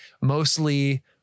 mostly